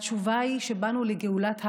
התשובה היא שבאנו לגאולת העם,